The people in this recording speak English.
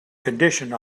conditioned